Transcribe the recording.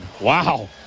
Wow